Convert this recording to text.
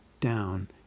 down